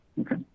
okay